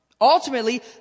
Ultimately